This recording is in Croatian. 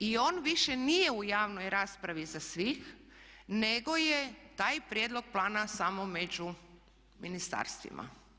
I on više nije u javnoj raspravi za sve nego je taj prijedlog plana samo među ministarstvima.